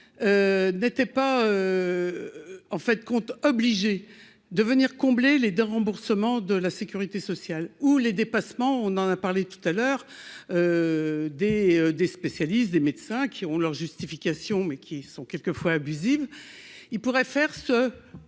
n'était pas en fin de compte, obligé de venir combler les de remboursement de la Sécurité sociale où les dépassements, on en a parlé tout à l'heure des des spécialistes des médecins qui ont leur justification, mais qui sont quelquefois abusive, ils pourraient faire ce